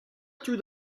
through